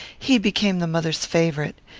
he became the mother's favourite.